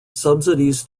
subsidies